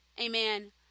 Amen